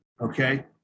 Okay